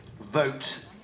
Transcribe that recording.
vote